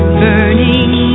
burning